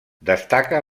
destaca